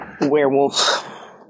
Werewolf